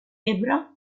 ebre